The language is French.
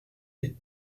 ier